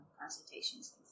consultations